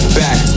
back